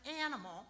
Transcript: animal